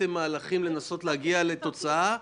עשיתם מהלכים כדי להגיע לתוצאה,